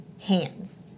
hands